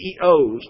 CEOs